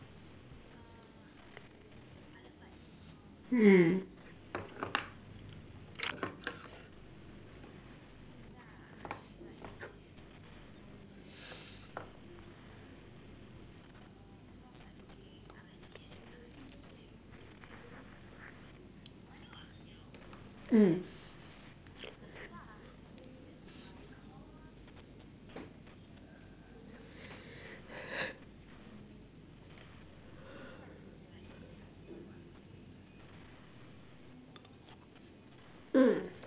hmm mm mm